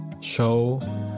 show